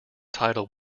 title